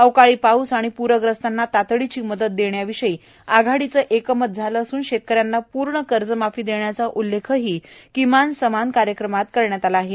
अवकाळी पाऊस आणि प्रग्रस्तांना तातडीची मदत देण्याविषयी आघाडीचं एकमत झालं असून शेतकऱ्यांना पूर्ण कर्जमाफी देण्याचा उल्लेखही किमान समान कार्यक्रमात करण्यात आला आहे